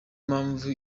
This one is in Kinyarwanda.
mpamvu